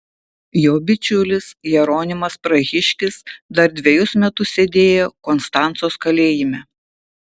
jo bičiulis jeronimas prahiškis dar dvejus metus sėdėjo konstancos kalėjime